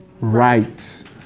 right